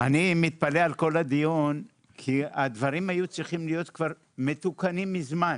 אני מתפלא על כל הדיון כי הדברים היו צריכים להיות כבר מתוקנים מזמן.